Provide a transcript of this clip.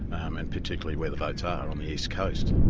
um and particularly where the votes are on the east coast.